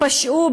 פשעו,